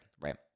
right